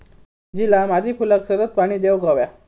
झिला मादी फुलाक सतत पाणी देवक हव्या